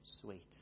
sweet